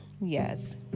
yes